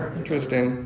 interesting